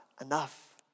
enough